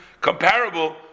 comparable